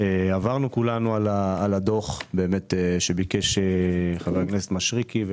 עברנו על הדוח שביקש חבר הכנסת מישרקי,